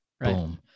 Boom